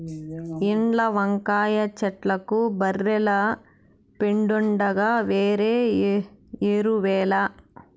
ఇంట్ల వంకాయ చెట్లకు బర్రెల పెండుండగా వేరే ఎరువేల